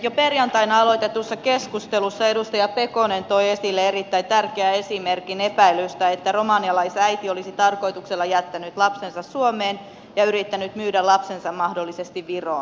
jo perjantaina aloitetussa keskustelussa edustaja pekonen toi esille erittäin tärkeän esimerkin epäilystä että romanialaisäiti olisi tarkoituksella jättänyt lapsensa suomeen ja yrittänyt myydä lapsensa mahdollisesti viroon